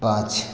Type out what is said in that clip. पांच